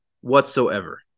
whatsoever